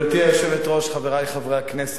כן, לפני שאני אתחיל למנות לך את הזמן.